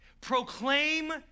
proclaim